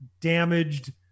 damaged